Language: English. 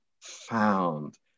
found